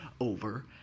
over